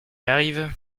arrive